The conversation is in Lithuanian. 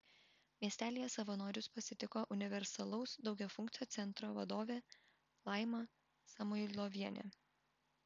miestelyje savanorius pasitiko universalaus daugiafunkcio centro vadovė laima samuilovienė